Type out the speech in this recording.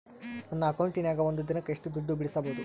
ನನ್ನ ಅಕೌಂಟಿನ್ಯಾಗ ಒಂದು ದಿನಕ್ಕ ಎಷ್ಟು ದುಡ್ಡು ಬಿಡಿಸಬಹುದು?